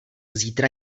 zítra